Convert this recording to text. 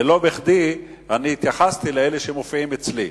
ולא בכדי אני התייחסתי לאלה שמופיעים אצלי.